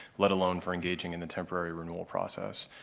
let alone for engaging in the temporary renewal process.